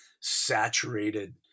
saturated